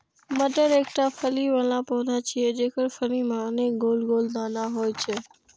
मटर एकटा फली बला पौधा छियै, जेकर फली मे अनेक गोल गोल दाना होइ छै